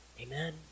Amen